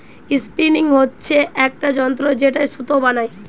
spinning হচ্ছে একটা যন্ত্র যেটায় সুতো বানাই